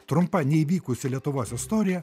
trumpa neįvykusi lietuvos istorija